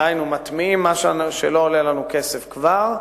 דהיינו, מטמיעים מה שלא עולה לנו כסף כבר,